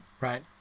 right